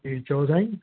जी चओ साईं